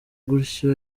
gutya